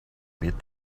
beat